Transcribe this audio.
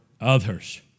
others